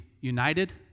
united